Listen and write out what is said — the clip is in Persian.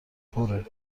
پره